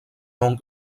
long